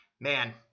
man